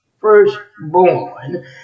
firstborn